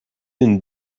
une